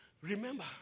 Remember